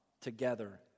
together